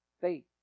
Faith